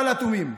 אבל אטומים,